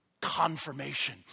confirmation